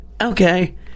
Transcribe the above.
Okay